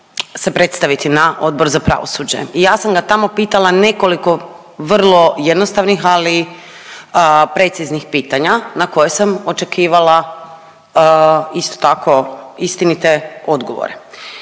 se predstaviti na Odbor za pravosuđe i ja sam ga tamo pitala nekoliko vrlo jednostavnih ali preciznih pitanja na koje sam očekivala isto tako istinite odgovore.